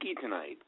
tonight